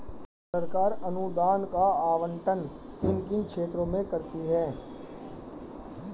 सरकार अनुदान का आवंटन किन किन क्षेत्रों में करती है?